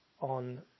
on